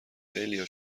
خیلیا